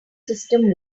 system